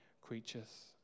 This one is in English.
creatures